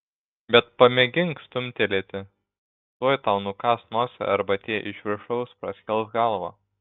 bet pamėgink stumtelėti tuoj tau nukąs nosį arba tie iš viršaus praskels galvą